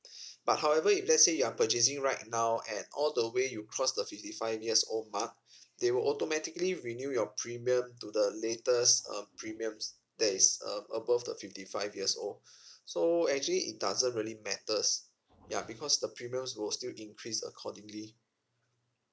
but however if let's say you are purchasing right now and all the way you cross the fifty five years old mark they will automatically renew your premium to the latest um premiums that is um above the fifty five years old so actually it doesn't really matters ya because the premiums will still increase accordingly